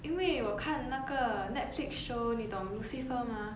因为我看那个 netflix show 你懂 lucifer mah